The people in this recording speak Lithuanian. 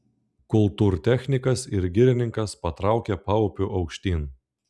kultūrtechnikas ir girininkas patraukė paupiu aukštyn